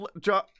John